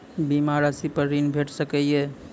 बीमा रासि पर ॠण भेट सकै ये?